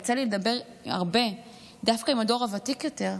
יוצא לי לדבר הרבה דווקא עם הדור הוותיק יותר,